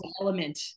element